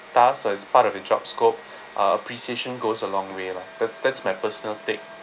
thus so it's part of your job scope uh appreciation goes a long way lah that's that's my personal take